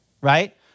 right